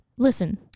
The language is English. listen